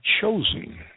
chosen